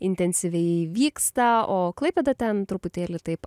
intensyviai vyksta o klaipėda ten truputėlį taip